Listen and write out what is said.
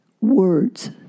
words